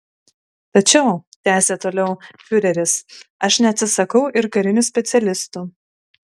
tačiau tęsė toliau fiureris aš neatsisakau ir karinių specialistų